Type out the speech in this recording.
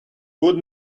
good